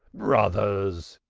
brothers,